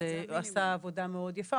הוא עשה עבודה מאוד יפה,